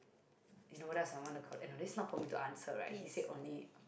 yes